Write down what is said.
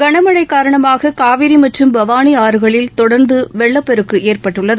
களமழை காரணமாக காவிரி மற்றும் பவானி ஆறுகளில் தொடர்ந்து வெள்ளப்பெருக்கு ஏற்பட்டுள்ளது